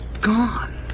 gone